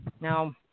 Now